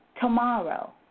tomorrow